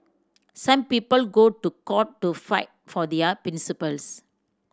some people go to court to fight for their principles